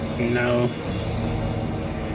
no